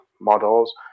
models